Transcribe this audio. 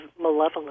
malevolent